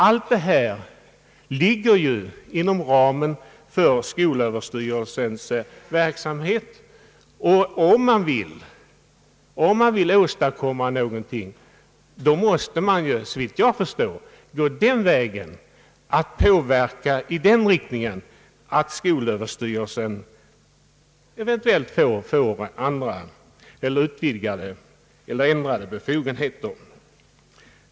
Allt detta ligger inom ramen för skolöverstyrelsens verksamhet. Om motionärerna vill åstadkomma någonting måste de, såvitt jag förstår, gå den vägen att de söker påverka statsmakterna i sådan riktning att skolöverstyrelsen eventuellt får utvidgade eller ändrade befogenheter.